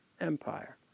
Empire